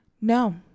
No